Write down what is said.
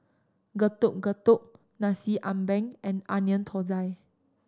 Getuk Getuk Nasi Ambeng and Onion Thosai